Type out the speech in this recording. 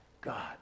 God